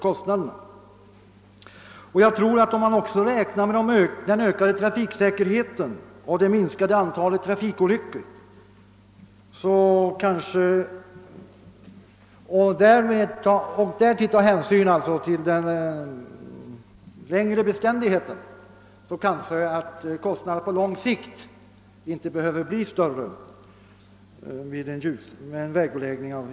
Om man räknar med den ökade trafiksäkerheten och det minskade antalet trafikolyckor samt därtill tar hänsyn till den längre varaktigheten, kanske kostnaderna på lång sikt inte behöver bli större med en ljusare vägbeläggning.